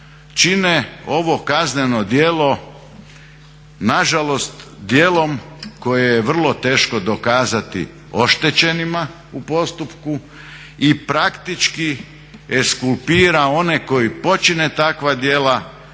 čine ovo kazneno djelo na žalost djelom koje je vrlo teško dokazati oštećenima u postupku i praktički eskulpira one koji počine takva djela